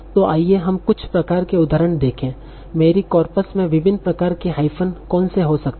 तो आइए हम कुछ प्रकार के उदाहरण देखें मेरी कॉर्पस में विभिन्न प्रकार के हाइफ़न कौन से हो सकते हैं